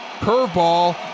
Curveball